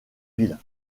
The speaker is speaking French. ville